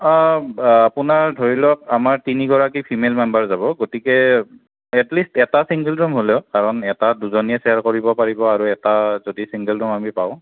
অঁ আপোনাৰ ধৰি লওক আমাৰ তিনিগৰাকী ফিমেল মেম্বাৰ যাব গতিকে এটলিষ্ট এটা চিংগল ৰুম হ'লেও কাৰণ এটাত দুজনীয়ে চেয়াৰ কৰিব পাৰিব আৰু এটা যদি চিংগল ৰুম আমি পাওঁ